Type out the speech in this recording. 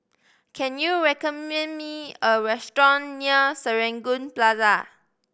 can you recommend me a restaurant near Serangoon Plaza